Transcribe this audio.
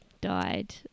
died